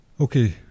Okay